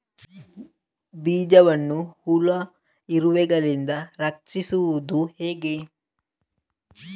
ಬೀಜವನ್ನು ಹುಳ, ಇರುವೆಗಳಿಂದ ರಕ್ಷಿಸುವುದು ಹೇಗೆ?